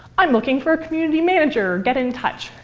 i'm looking for a community manager get in touch.